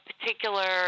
particular